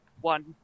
one